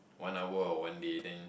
one hour on one day then